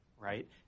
right